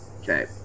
okay